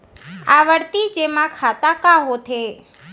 आवर्ती जेमा खाता का होथे?